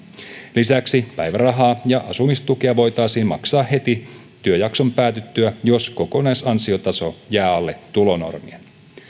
lisäksi päivärahaa ja asumistukea voitaisiin maksaa heti työjakson päätyttyä jos kokonaisansiotaso jää alle tulonormien